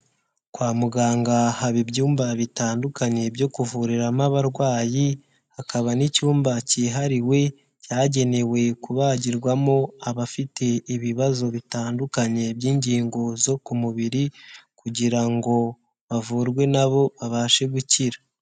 Kwa muganga haba ibyumba bitandukanye byo kuvuriramo abarwayi, hakaba n'icyumba cyihariwe cyagenewe kubagirwamo abafite ibibazo bitandukanye by'ingingo zo ku mubiri, kugira ngo bavurwe na bo babashe gukira.